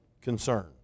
concern